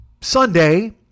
Sunday